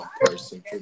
person